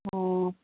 ꯑꯣ